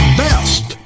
best